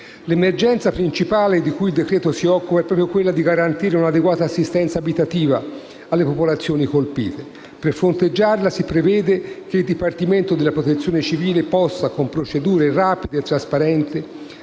L'emergenza principale di cui il decreto si occupa è proprio quella di garantire un'adeguata assistenza abitativa alle popolazioni colpite. Per fronteggiarla, si prevede che il dipartimento della Protezione civile possa, con procedure rapide e trasparenti,